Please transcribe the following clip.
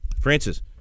Francis